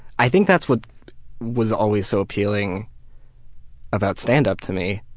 i think that's what was always so appealing about standup, to me,